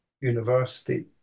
University